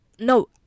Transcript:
No